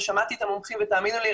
ושמעתי את המומחים ותאמינו לי,